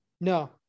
No